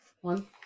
One